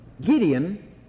Gideon